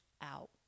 out